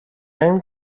angen